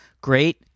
great